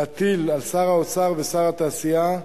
להטיל על שר האוצר ושר התעשייה,